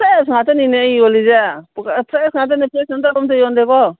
fresh ꯉꯥꯛꯇꯅꯤꯅꯦ ꯑꯩꯅ ꯌꯣꯜꯂꯤꯁꯦ ꯐ꯭ꯔꯦꯁ ꯉꯥꯛꯇꯅꯤ ꯐ꯭ꯔꯦꯁ ꯅꯠꯇꯕ ꯑꯃꯠꯇ ꯌꯣꯟꯗꯦꯀꯣ